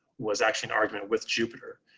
was actually an argument with jupiter.